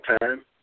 time